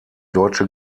deutsche